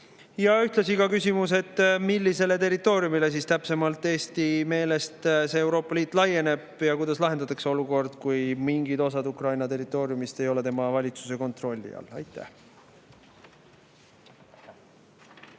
Ja ühtlasi ka küsimus, et millisele territooriumile siis täpsemalt Eesti meelest Euroopa Liit laieneb. Kuidas lahendatakse olukord, kui mingid osad Ukraina territooriumist ei ole tema valitsuse kontrolli all? Aitäh!